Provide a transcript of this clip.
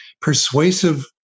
persuasive